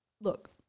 look